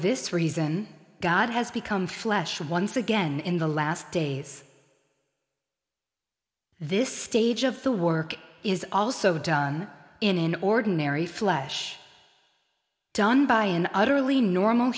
this reason god has become flesh once again in the last days this stage of the work is also done in an ordinary fletch done by an utterly normal